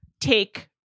take